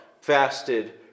fasted